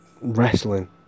wrestling